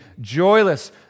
joyless